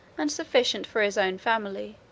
and sufficient for his own family,